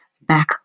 back